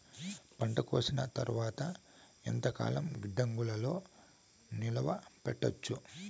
పంట కోసేసిన తర్వాత ఎంతకాలం గిడ్డంగులలో నిలువ పెట్టొచ్చు?